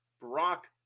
Brock